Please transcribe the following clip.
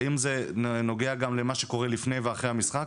האם זה נוגע גם למה שקורה לפני ואחרי המשחק?